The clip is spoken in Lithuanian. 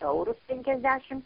eurus penkiasdešimt